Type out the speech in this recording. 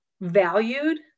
valued